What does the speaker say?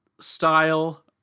style